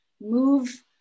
move